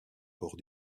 port